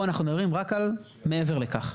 פה אנחנו מדברים רק על מעבר לכך.